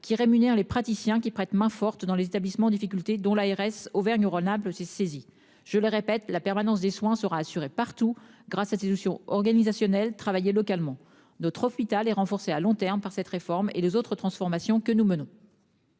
qui rémunère les praticiens qui prêtent main forte dans les établissements en difficulté dont l'ARS Auvergne-Rhône-Alpes le saisi, je le répète, la permanence des soins sera assurée partout grâce à cette notions organisationnelles travailler localement, notre hôpital et renforcer à long terme par cette réforme et les autres transformations que nous menons.